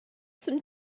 some